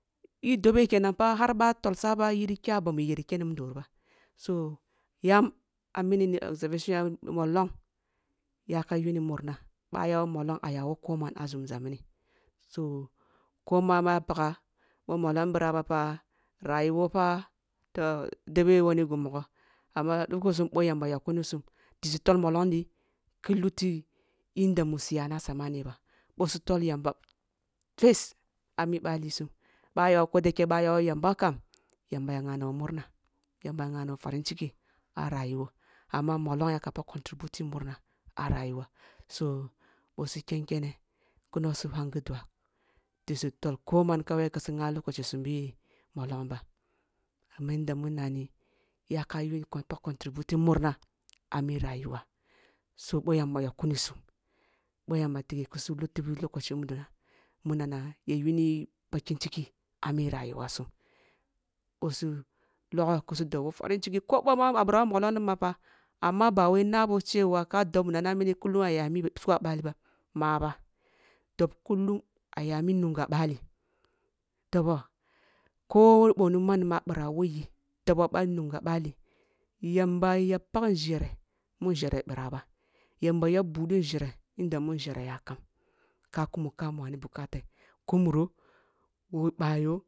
Ɓi dobe enan pa har ъa tolsa’a ba yirri kya bamu eyeri kenni mudori ba so yam mini ni observation yam mollong yaka yunni murna ъa ayawo mollong ayawo koman a nȝumȝa mini so ko man ma ya paga bo mollong ъira ba pa rayuwo pa to dobe gimmogo amma dukkusum ъo yamba yakkunisum, khisu tol molongdi khiluti nhenda mu yani a samane ba, ъo su tol yamba first ami balisum ba ayawo, ko daike ъa ayawo yamba kam, yamba a ya ghana bo murna, yamba ya ghanabo farin ciki a rayuwo, amma mollong yaka pag contributing murna a rayuwa so ъo su kenkene kulno su hangi dua, ɗisu tol koman kurisu gha lokachi sum ъi mollong ba, kaman yada mun nani ya ka pag contributing murna ami rayuwa, so ъo yamba yakkuni sum, ъo yamba tige kusu lutubi lokach udo na unana mu yuni bakin chiki a mi rayuwasun ъbo su logho kusu dob wo farin ciki, ko bamu ъwa’abira ko mollong ɗimafa amma bawar nabo chewa ka dob nana kullum aya mi suga bali, mahba dob kulum ayami nunga ъali dobo ko ъo niman a ъira woyi, dobo ъa nuga bali, yamba ya pag njere, munjere ъbira, vamb ya budi njere yanda mu njere yakam, ka kumo ka muani bukata ku muro khobayo.